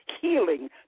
healing